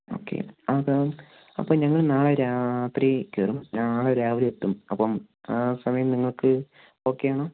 okay അത് അപ്പം ഞങ്ങൾ നാളെ രാത്രി കയറും നാളെ രാവിലെ എത്തും അപ്പം ആ സമയം നിങ്ങൾക്ക് ഒക്കെ ആണോ